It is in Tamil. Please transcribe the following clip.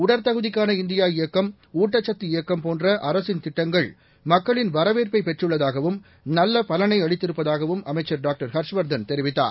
உடற்தகுதிக்கான இந்தியா இயக்கம் ஊட்டச்சத்து இயக்கம் போன்ற அரசின் திட்டங்கள் மக்களின் வரவேற்பை பெற்றுள்ளதாகவும் நல்ல பலனை அளித்திருப்பதாகவும் அமைச்சர் டாக்டர் ஹர்ஷ்வர்தன் தெரிவித்தார்